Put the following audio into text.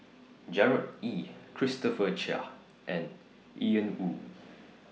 Gerard Ee Christopher Chia and Ian Woo